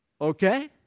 Okay